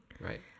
Right